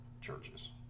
churches